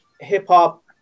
hip-hop